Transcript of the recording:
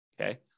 Okay